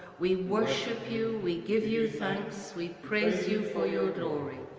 we worship you, we give you thanks, we praise you for your glory.